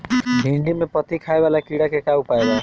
भिन्डी में पत्ति खाये वाले किड़ा के का उपाय बा?